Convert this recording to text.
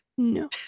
No